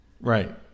right